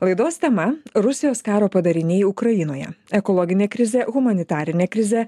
laidos tema rusijos karo padariniai ukrainoje ekologinė krizė humanitarinė krizė